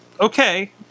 Okay